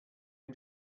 him